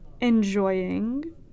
enjoying